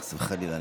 חס וחלילה,